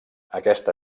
aquesta